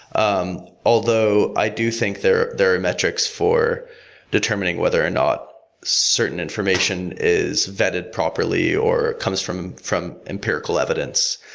um although i do think there there are metrics for determining whether or not certain information is vetted properly or comes from from empirical evidence.